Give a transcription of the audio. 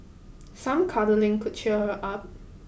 some cuddling could cheer her up